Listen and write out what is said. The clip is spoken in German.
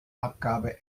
abgabe